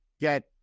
get